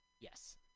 Yes